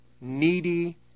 needy